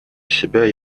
себя